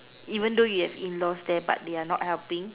even though you have in laws there but they are not helping